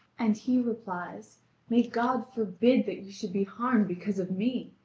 and he replies may god forbid that you should be harmed because of me!